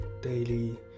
daily